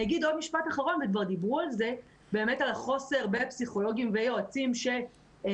אני אגיד משפט אחרון וכבר דיברו על החוסר בפסיכולוגים וביועצים שיזהו,